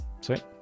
sweet